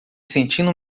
sentindo